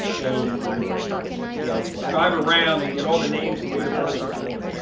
and you know drive around and get all the names and date of births that you want,